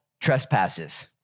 trespasses